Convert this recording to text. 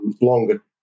longer